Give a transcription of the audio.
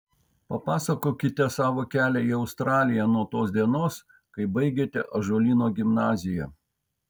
papasakokite savo kelią į australiją nuo tos dienos kai baigėte ąžuolyno gimnaziją